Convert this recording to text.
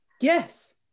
Yes